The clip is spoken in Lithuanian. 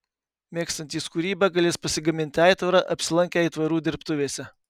mėgstantys kūrybą galės pasigaminti aitvarą apsilankę aitvarų dirbtuvėse